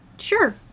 Sure